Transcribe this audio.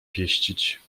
pieścić